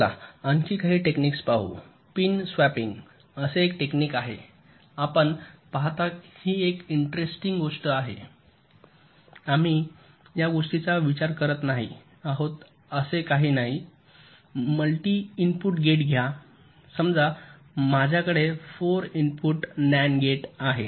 चला आणखी काही टेक्निक्स पाहू पिन स्वॅपिंग असे एक टेक्निक आहे आपण पाहता ही एक इंटरेस्टिंग गोष्ट आहे आम्ही आतापर्यंत या गोष्टीचा विचार करत नाही आहोत असे काही आहे मल्टि इनपुट गेट घ्या समजा माझ्याकडे 4 इनपुट नन्ड गेट आहे